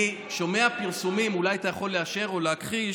אני שומע פרסומים, אולי אתה יכול לאשר או להכחיש,